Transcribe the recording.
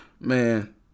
Man